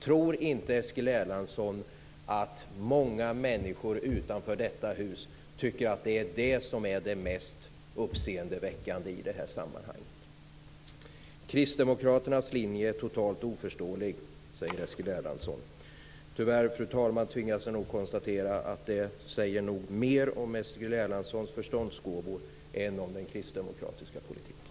Tror inte Eskil Erlandsson att många människor utanför detta hus tycker att det är det som är det mest uppseendeväckande i det här sammanhanget? Kristdemokraternas linje är totalt oförståelig, säger Eskil Erlandsson. Tyvärr, fru talman, tvingas jag konstatera att det nog säger mer om Eskil Erlandssons förståndsgåvor än om den kristdemokratiska politiken.